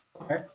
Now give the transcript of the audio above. okay